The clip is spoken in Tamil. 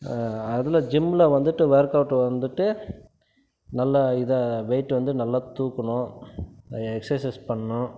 அதில் ஜிம்மில் வந்துட்டு ஒர்க் அவுட் வந்துட்டு நல்லா இதாக வெயிட்டு வந்து நல்லா தூக்கணும் எக்ஸசைஸ் பண்ணணும்